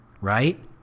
right